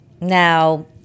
now